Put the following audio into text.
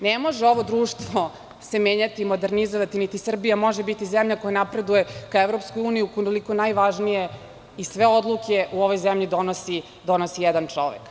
Ne može se ovo društvo menjati, modernizovati, niti Srbija može biti zemlja koja napreduje ka EU, ukoliko najvažnije i sve odluke u ovoj zemlji donosi jedan čovek.